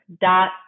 Dot